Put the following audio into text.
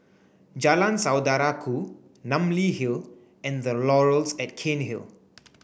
Jalan Saudara Ku Namly Hill and The Laurels at Cairnhill